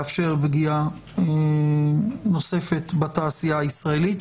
אני לא מתכוון לאפשר פגיעה נוספת בתעשייה הישראלית.